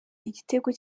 igitego